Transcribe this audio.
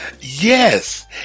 Yes